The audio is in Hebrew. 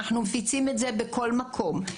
אנחנו מפיצים את זה בכל מקום.